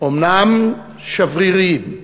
אומנם שבריריים,